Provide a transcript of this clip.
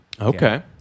Okay